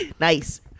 Nice